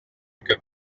que